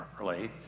early